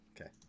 okay